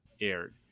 aired